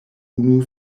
unu